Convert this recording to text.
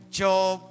job